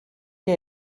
que